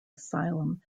asylum